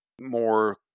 more